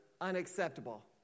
unacceptable